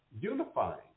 unifying